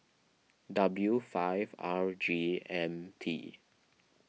W five R G M T